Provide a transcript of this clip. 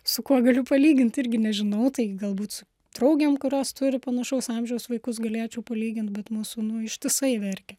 su kuo galiu palygint irgi nežinau tai galbūt su draugėm kurios turi panašaus amžiaus vaikus galėčiau palygint bet mūsų nu ištisai verkia